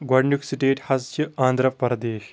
گۄڈنیُٚک سِٹیٹ حظ چھِ آندراپَردیش